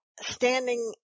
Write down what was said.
standing